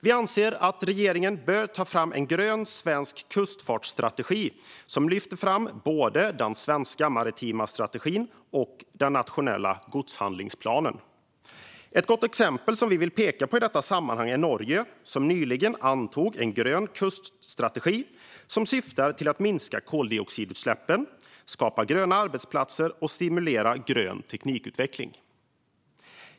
Vi anser att regeringen bör ta fram en grön svensk kustfartsstrategi som lyfter fram både den svenska maritima strategin och den nationella godshandlingsplanen. Ett gott exempel som vi vill peka på i detta sammanhang är Norge, som nyligen antog en grön kuststrategi som syftar till att minska koldioxidutsläppen, skapa gröna arbetsplatser och stimulera grön teknikutveckling.